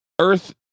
Earth